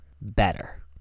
better